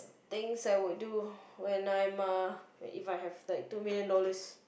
things I would do when I'm a If I have like two million dollars